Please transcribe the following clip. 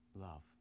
Love